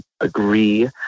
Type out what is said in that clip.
agree